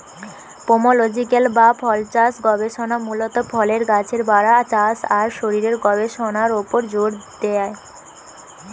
pomological বা ফলচাষ গবেষণা মূলত ফলের গাছের বাড়া, চাষ আর শরীরের গবেষণার উপর জোর দেয়